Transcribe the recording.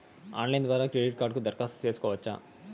Online ద్వారా credit కార్డుకు దరఖాస్తు సేసుకోవచ్చా?